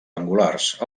angulars